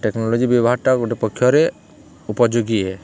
technology ବ୍ୟବହାର୍ଟା ଗୁଟେ ପକ୍ଷରେ ଉପଯୋଗୀ ଆଏ